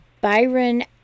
Byron